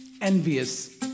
envious